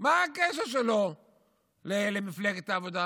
מה הקשר שלו למפלגת העבודה